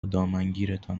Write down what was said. دامنگیرتان